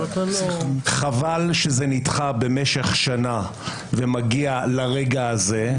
חבל שזה נדחה משך שנה ומגיע לרגע הזה.